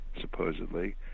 supposedly